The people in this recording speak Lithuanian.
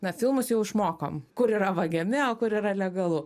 na filmus jau išmokom kur yra vagiami o kur yra legalu